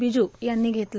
बिजू यांनी घेतला